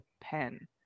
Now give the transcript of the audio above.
pen